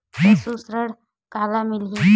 पशु ऋण काला मिलही?